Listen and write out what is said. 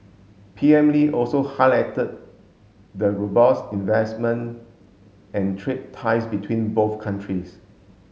P M Lee also highlighted the robust investment and trade ties between both countries